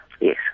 Yes